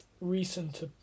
recent